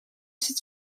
zit